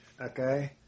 okay